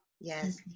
Yes